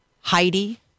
Heidi